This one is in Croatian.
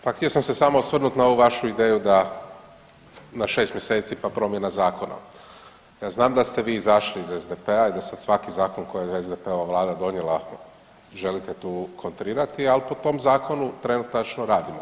Pa htio sam se samo osvrnut na ovu vašu ideju da na 6 mj. pa promjena zakona, znam da ste vi izašli iz SDP-a i da sad svaki zakon kojega je SDP-ova Vlada donijela želite tu kontrirati, ali po tom zakonu trenutačno radimo.